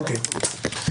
אוקיי.